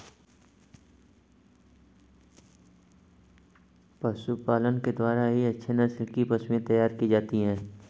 पशुपालन के द्वारा ही अच्छे नस्ल की पशुएं तैयार की जाती है